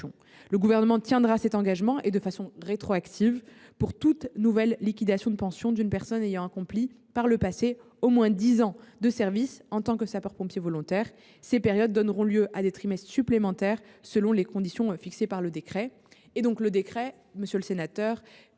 Le Gouvernement tiendra cet engagement, et ce de façon rétroactive : pour toute nouvelle liquidation de pension d’une personne ayant accompli par le passé au moins dix ans de service en tant que sapeur pompier volontaire, ces périodes donneront lieu à des trimestres supplémentaires, selon les conditions fixées par le décret.